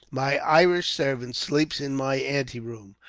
my irish servant sleeps in my anteroom,